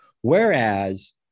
Whereas